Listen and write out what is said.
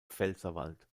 pfälzerwald